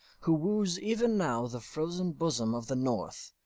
who wooes even now the frozen bosom of the north,